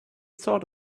thought